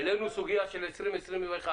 העלינו סוגיה של 2020 ו-2021,